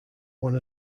one